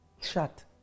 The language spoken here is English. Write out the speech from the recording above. shut